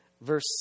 verse